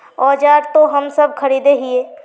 औजार तो हम सब खरीदे हीये?